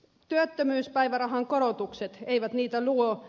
työttömyyspäivärahan korotukset eivät niitä luo